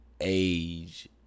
age